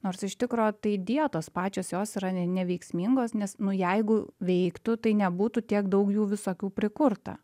nors iš tikro tai dietos pačios jos yra ne neveiksmingos nes nu jeigu veiktų tai nebūtų tiek daug jų visokių prikurta